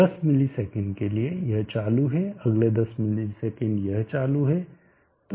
10 ms के लिए यह चालू है अगले 10ms यह चालू है